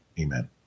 Amen